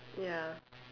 ya